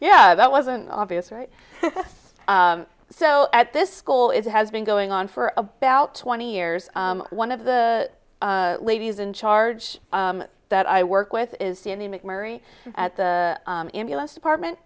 yeah that wasn't obvious right so at this school it has been going on for about twenty years one of the ladies in charge that i work with is standing mcmurry at the ambulance department